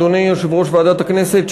אדוני יושב-ראש ועדת הכנסת,